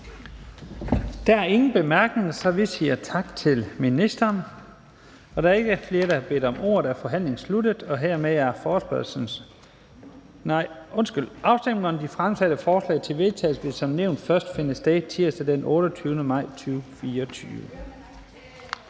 Der er ingen korte bemærkninger, så vi siger tak til ministeren. Da der ikke er flere, der har bedt om ordet, er forhandlingen sluttet. Afstemningen om de fremsatte forslag til vedtagelse vil som nævnt først finde sted tirsdag den 28. maj 2024.